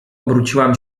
obróciłam